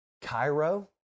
Cairo